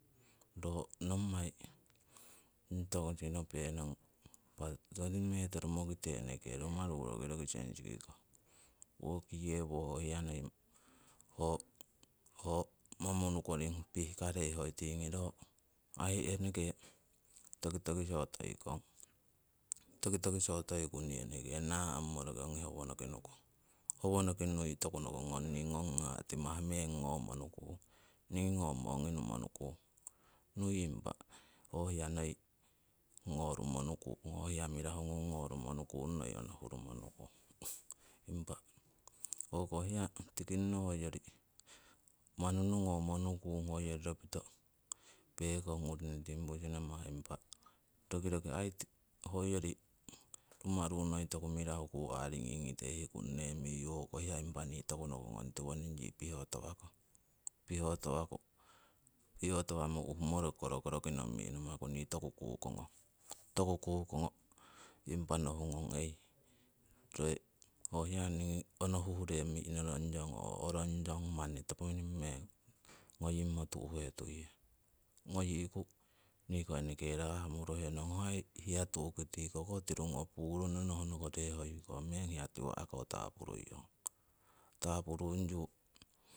Ro nommai niingi toku sinopeng impa roti meto romokite rumaru roki sensi kikong. Woki yewo ho hiya noi ho monunu koring pi'karei hoingi. ro tingi ro aii eneke tokitokiso toikong, tokitokiso toiku nii eneke naa'mumo nii roki ongi howonoking nukong. Howonoki nui toku nokongong nii ngong haha' timah meng ngomo nukung, niingi ngomo ongi ngomo nukung. Nui impa ho hiya noi ngorumo nuku ho hiya mirahu ngung ngorumo nukung impa onohuru mo nukung. Impa hoko hiya tiki hoyori manunu ngomo nukung hoyori ropito pekong uurini tinputz namah, impa roki roki aii hoyori rumaru noi toku mirahu kori aringing ngite hikunnemiyu hoko hiya impa nii toku nohungo ho hiya tiwoning yii piho tawakong. Piho tawaku, piho tawamo uhumo roki kororo ki nong mi'namaku nii toku kukongong. Toku kukongo impa nohungong hey ree ho hiya niingi onohuh ree mi'norongyong oo orongyong manni toponing meng ngoying mo tu'he tuiyong. Ngoyi'ku nii ko eneke raah moro henong, ho aii hiya tu'ki tiko ko tirungo ti koh purono nohno ree hoiko hiya tiwa' topomeng tapurung yong. Tapurong